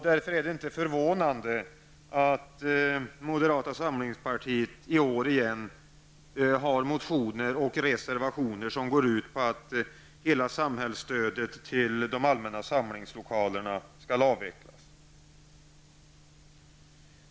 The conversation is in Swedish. Därför är det inte förvånande att moderata samlingspartiet i år igen har motioner och reservationer som går ut på att hela samhällsstödet till de allmänna samlingslokalerna skall avvecklas.